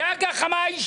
זו הגחמה האישית.